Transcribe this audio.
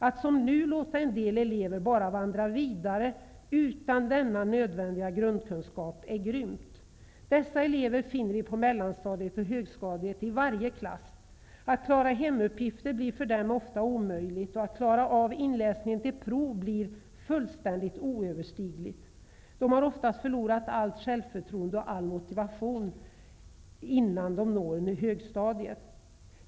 Att som nu låta en del elever bara vandra vidare utan denna nödvändiga grundkunskap är grymt. Sådana elever finner vi i varje klass på mellanstadiet och högstadiet. Det blir ofta omöjligt för dem att klara hemuppgifter, och det blir fullständigt oöverstigligt att klara av inläsningen till prov. Dessa elever har oftast förlorat allt självförtroende och all motivation innan de når högstadiet.